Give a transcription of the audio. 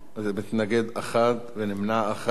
מתנגד אחד ונמנע אחד,